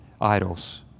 idols